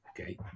Okay